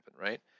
Right